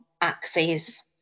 axes